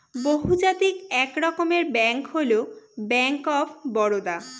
বহুজাতিক এক রকমের ব্যাঙ্ক হল ব্যাঙ্ক অফ বারদা